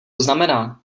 znamená